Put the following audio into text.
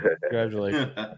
Congratulations